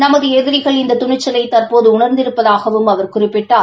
நமது எதிரிகள் இந்த துணிச்சலை தற்போது உணர்திருப்பதாகவும் அவர் குறிப்பிட்டார்